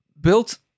built